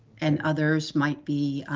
and others might be,